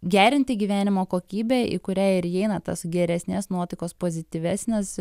gerinti gyvenimo kokybę į kurią ir įeina tas geresnės nuotaikos pozityvesnis